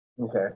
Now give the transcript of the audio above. Okay